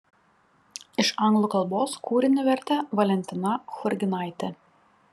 iš anglų kalbos kūrinį vertė valentina churginaitė